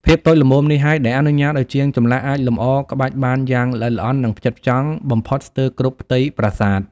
ភាពតូចល្មមនេះហើយដែលអនុញ្ញាតឱ្យជាងចម្លាក់អាចលម្អក្បាច់បានយ៉ាងល្អិតល្អន់ និងផ្ចិតផ្ចង់បំផុតស្ទើរគ្រប់ផ្ទៃប្រាសាទ។